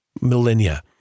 millennia